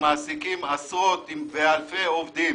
שמעסיקים עשרות ואלפי עובדים